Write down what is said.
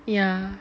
yeah